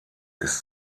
ist